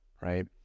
right